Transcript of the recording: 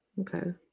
Okay